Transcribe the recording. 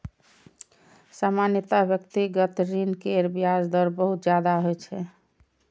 सामान्यतः व्यक्तिगत ऋण केर ब्याज दर बहुत ज्यादा होइ छै